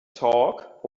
talk